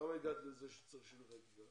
למה הגעת לזה שצריך שינוי חקיקה?